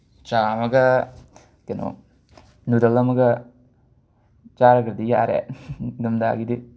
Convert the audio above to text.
ꯆꯥ ꯑꯃꯒ ꯀꯩꯅꯣ ꯅꯨꯗꯜ ꯑꯃꯒ ꯆꯥꯔꯒꯗꯤ ꯌꯥꯔꯦ ꯏꯪꯗꯝꯊꯥꯒꯤꯗꯤ